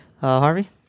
Harvey